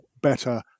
better